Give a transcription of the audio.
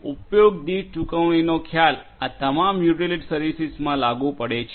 તેથી ઉપયોગ દીઠ ચૂકવણી નો ખ્યાલ આ તમામ યુટિલિટી સર્વિસીસ માં લાગુ પડે છે